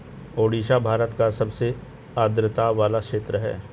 ओडिशा भारत का सबसे अधिक आद्रता वाला क्षेत्र है